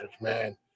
man